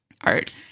art